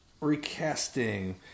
recasting